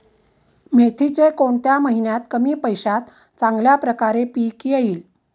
मेथीचे कोणत्या महिन्यात कमी पैशात चांगल्या प्रकारे पीक येईल?